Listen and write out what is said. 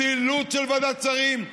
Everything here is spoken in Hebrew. זילות של ועדת שרים.